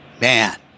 man